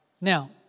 Now